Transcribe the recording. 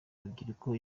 urubyiruko